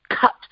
cut